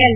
L